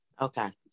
okay